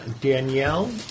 Danielle